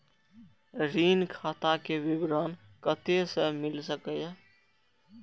ऋण खाता के विवरण कते से मिल सकै ये?